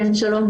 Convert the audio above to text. שלום.